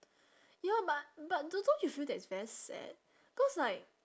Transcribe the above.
ya but but do~ don't you feel that it's very sad cause like